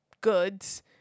goods